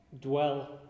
Dwell